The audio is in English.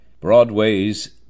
Broadway's